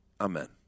Amen